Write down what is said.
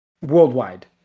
worldwide